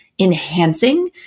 enhancing